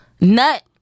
nut